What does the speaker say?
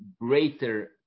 greater